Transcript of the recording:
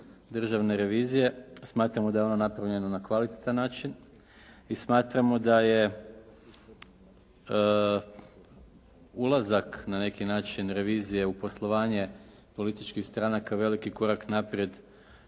Državne revizije. Smatramo da je ono napravljeno na kvalitetan način i smatramo da je ulazak na neki način revizije u poslovanje političkih stranaka veliki korak naprijed